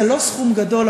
זה לא סכום גדול,